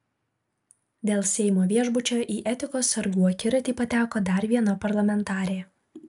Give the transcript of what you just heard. dėl seimo viešbučio į etikos sargų akiratį pateko dar viena parlamentarė